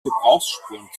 gebrauchsspuren